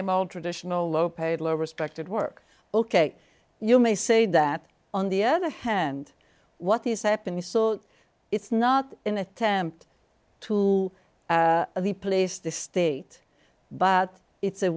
am old traditional low paid low respected work ok you may say that on the other hand what is happening so it's not an attempt to the police the state but it's a